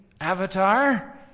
Avatar